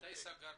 מתי סגרתם?